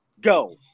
go